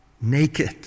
naked